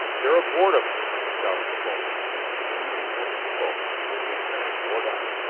they're aboard of us! shouted the boatswain, and even as he spoke the lieutenant roared out,